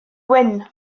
wyn